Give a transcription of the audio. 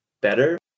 better